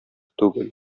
түгел